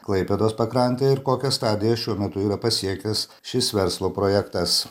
klaipėdos pakrantė ir kokią stadiją šiuo metu yra pasiekęs šis verslo projektas